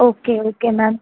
okay okay ma'am